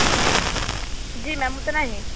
जी जी मैम उतना ही